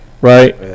right